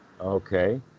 Okay